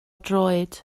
droed